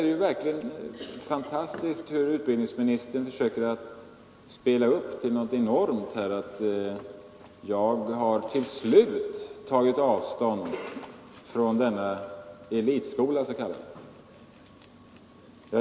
Det är fantastiskt att höra hur utbildningsministern försöker blåsa upp det till något enormt att jag ”till slut” tagit avstånd från den s.k. elitskolan.